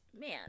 man